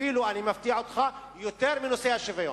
אפילו, אני מפתיע אותך, יותר מנושא השוויון.